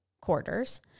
quarters